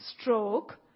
stroke